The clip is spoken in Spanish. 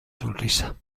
sonrisa